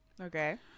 okay